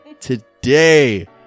today